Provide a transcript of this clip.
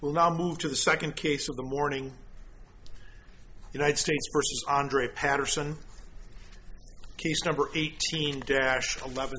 well now move to the second case of the morning united states andre patterson case number eighteen dash